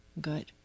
good